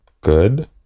good